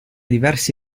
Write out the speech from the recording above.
diversi